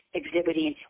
exhibiting